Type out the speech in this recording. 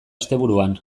asteburuan